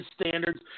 standards